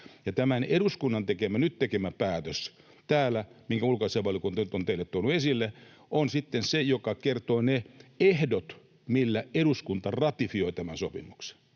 tämän eduskunnan nyt tekemä päätös, minkä ulkoasiainvaliokunta nyt on teille tuonut esille, on sitten se, joka kertoo ne ehdot, millä eduskunta ratifioi tämän sopimuksen.